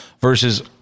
versus